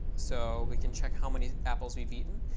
so we can check how many apples we've eaten.